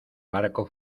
barco